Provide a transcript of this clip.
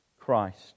Christ